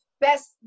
best